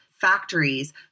factories